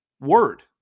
word